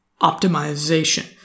optimization